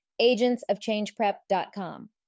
agentsofchangeprep.com